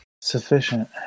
Sufficient